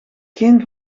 geen